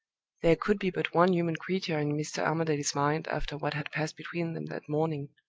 there could be but one human creature in mr. armadale's mind after what had passed between them that morning!